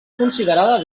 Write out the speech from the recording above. considerada